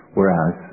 Whereas